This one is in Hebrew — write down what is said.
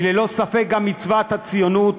הן ללא ספק גם מצוות הציונות,